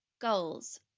goals